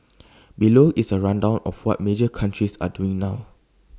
below is A rundown of what major countries are doing now